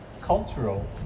cultural